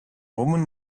woman